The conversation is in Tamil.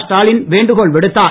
ஸ்டாலின் வேண்டுகோள் விடுத்தார்